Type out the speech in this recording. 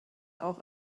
auch